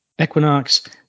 equinox